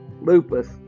Lupus